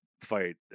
fight